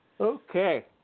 Okay